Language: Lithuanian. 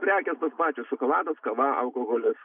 prekės tos pačios šokoladas kava alkoholis